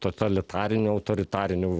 totalitarinių autoritarinių